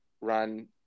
run